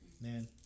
man